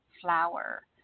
Flower